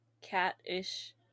cat-ish